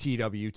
TWT